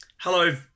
Hello